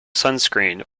sunscreen